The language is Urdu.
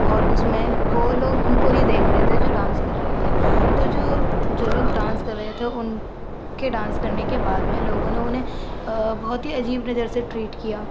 اور اُس میں وہ لوگ اُن كو ہی دیكھ رہے تھے جو ڈانس کر رہے تھے تو جو جو لوگ ڈانس كر رہے تھے اُن كے ڈانس كرنے كے بعد میں لوگوں نے اُنہیں بہت ہی عجیب نظر سے ٹریٹ کیا